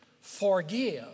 forgive